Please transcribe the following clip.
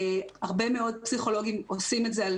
הרבה מאוד פסיכולוגים עושים את זה על